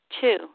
Two